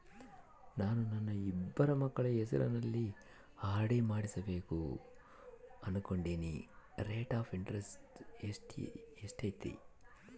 ನಾನು ನನ್ನ ಇಬ್ಬರು ಮಕ್ಕಳ ಹೆಸರಲ್ಲಿ ಆರ್.ಡಿ ಮಾಡಿಸಬೇಕು ಅನುಕೊಂಡಿನಿ ರೇಟ್ ಆಫ್ ಇಂಟರೆಸ್ಟ್ ಎಷ್ಟೈತಿ?